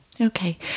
Okay